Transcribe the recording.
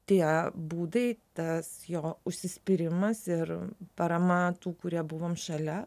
tie būdai tas jo užsispyrimas ir parama tų kurie buvom šalia